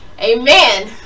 Amen